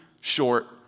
short